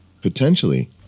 potentially